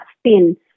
spin